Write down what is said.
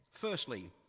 Firstly